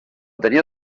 tenia